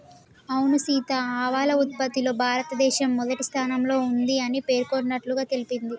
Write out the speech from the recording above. అవును సీత ఆవాల ఉత్పత్తిలో భారతదేశం మొదటి స్థానంలో ఉంది అని పేర్కొన్నట్లుగా తెలింది